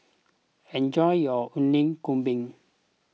enjoy your Alu Gobi